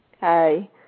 Hi